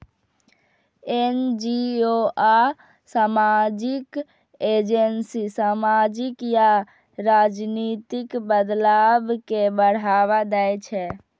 NGO आ सामाजिक agency सामाजिक या राजनीतिक बदलाव कें बढ़ावा दै छै